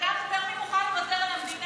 כשאתה אומר מי מוכן לוותר על המדינה,